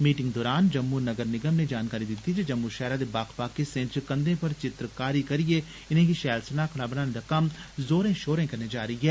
meeting दरान जम्मू नगर निगम नै जानकारी दित्ती जे जम्मू शैहरा दे बक्ख बक्ख हिस्सें च कंघें पर चित्रकारी करिए इनेंगी शैल सनाखड़ा बनाने दा कम्म जोरें शोरें कन्नै जारी ऐ